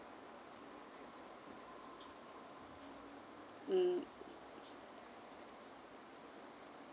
mm